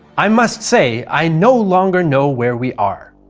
i must say i no longer know where we are.